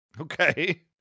Okay